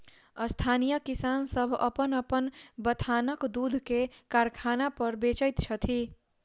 स्थानीय किसान सभ अपन अपन बथानक दूध के कारखाना पर बेचैत छथि